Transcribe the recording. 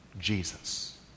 Jesus